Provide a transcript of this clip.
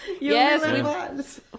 Yes